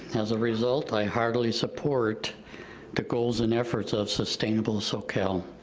as a result, i heartily support the goals and efforts of sustainable soquel.